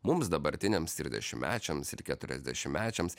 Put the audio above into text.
mums dabartiniams trisdešimtmečiams ir keturiasdešimtmečiams